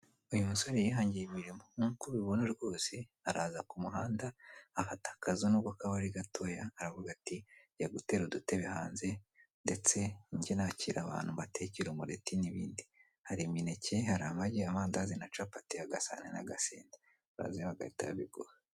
Uyu musore yihangiye imirimo nk'uko ubibona rwose araza ku muhanda ahafite akazu n'ubwo kaba ari gatoya aravuga ati ngiye gutera udutebe hanze ndetse njye nakira abantu mbatekera umureti n'ibindi, hari imineke hari amagiye, amandazi na capati agasahani n'agasenda barazi bagahita babigurara.